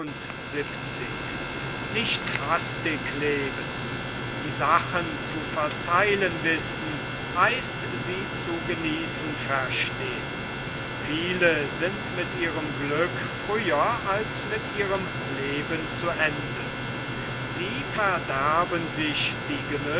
die sachen zu vertheilen wissen heißt sie zu genießen verstehn viele sind mit ihrem glück früher als mit ihrem leben zu ende sie verderben sich die